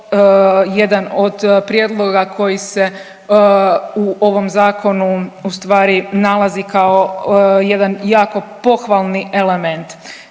jedan od prijedloga koji se u ovom Zakonu ustvari nalazi kao jedan jako pohvalni element.